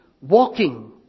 walking